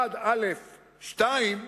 1א(2)